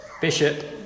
Bishop